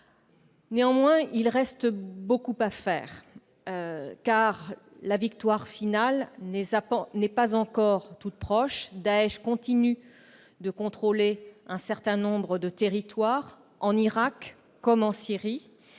Néanmoins, il reste beaucoup à faire. C'est sûr ! La victoire finale n'est pas encore toute proche. Daech continue de contrôler un certain nombre de territoires, en Irak comme en Syrie.